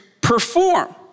perform